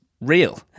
real